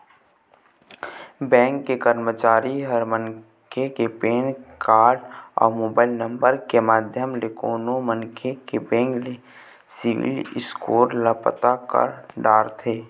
bank के करमचारी ह मनखे के पेन कारड अउ मोबाईल नंबर के माध्यम ले कोनो मनखे के बेंक के सिविल स्कोर ल पता कर डरथे